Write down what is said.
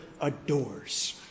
adores